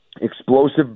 explosive